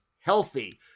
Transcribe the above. healthy